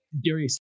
Darius